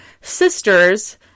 sisters